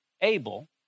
Abel